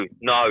no